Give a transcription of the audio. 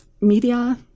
media